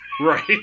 right